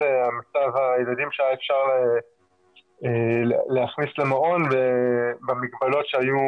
מצב הילדים שהיה אפשר להכניס למעון ובמגבלות שהיו,